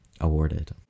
awarded